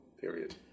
period